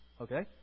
Okay